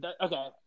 Okay